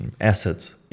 assets